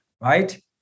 right